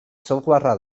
softwarea